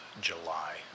July